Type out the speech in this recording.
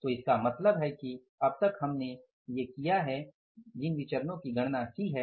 तो इसका मतलब है कि अब तक हमने ये किया है इन विचरणो की गणना की है